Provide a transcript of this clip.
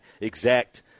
exact